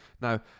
Now